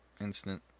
instant